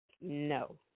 No